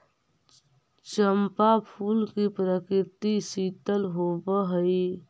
चंपा फूल की प्रकृति शीतल होवअ हई